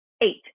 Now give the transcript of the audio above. eight